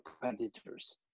competitors